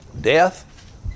death